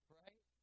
right